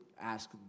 ask